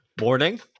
Morning